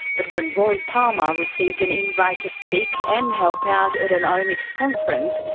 but when roy palmer received an invite to speak and help out at an omics conference,